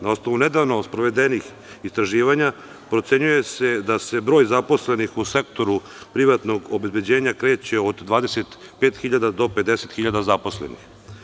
Na osnovu nedavno sprovedenih istraživanja procenjuje se da se broj zaposlenih u sektoru privatnog obezbeđenja kreće od 25.000 do 50.000 zaposlenih.